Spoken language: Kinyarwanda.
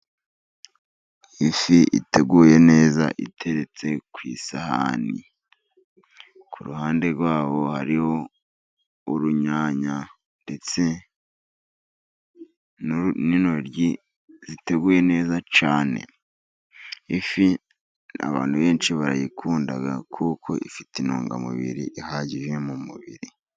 Ifi iteguye neza iteretse ku isahani. Ku ruhande rwaho hariho urunyanya ndetse n'intoryi ziteguye neza cyane. Abantu benshi barayikunda kuko ifite intungamubiri ihagije mu mubiri.